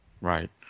Right